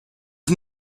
els